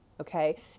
Okay